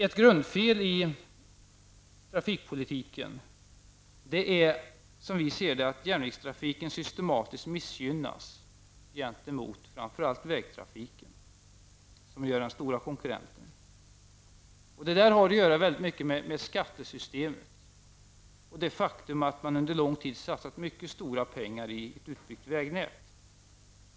Ett grundfel i trafikpolitiken är, som vi ser det, att järnvägstrafiken systematiskt missgynnas gentemot framför allt vägtrafiken, som är den stora konkurrenten. Detta har mycket att göra med skattesystemet och det faktum att man under lång tid satsat mycket stora pengar i ett utbyggt vägnät.